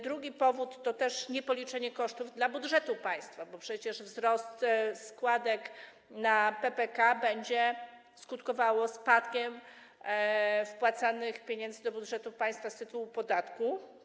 Drugi powód to też niepoliczenie kosztów dla budżetu państwa, bo przecież wzrost składek na PPK będzie skutkował zmniejszeniem ilości wpłacanych pieniędzy do budżetu państwa z tytułu podatków.